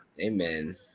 Amen